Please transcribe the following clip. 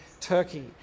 turkey